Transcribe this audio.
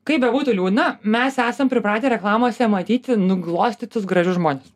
kaip bebūtų liūdna mes esam pripratę reklamose matyti nuglostytus gražius žmones